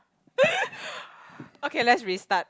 okay let's restart